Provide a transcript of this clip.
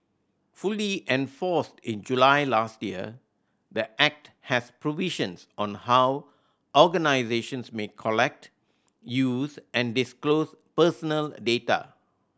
fully enforced in July last year the Act has provisions on how organisations may collect use and disclose personal data